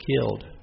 killed